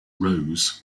rose